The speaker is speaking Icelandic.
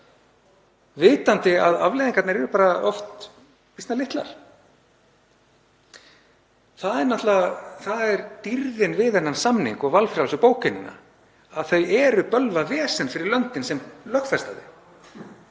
vitandi að afleiðingarnar eru bara oft býsna litlar. Það er dýrðin við þennan samning og valfrjálsu bókunina að það er bölvað vesen fyrir löndin sem lögfesta